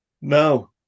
no